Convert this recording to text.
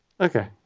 okay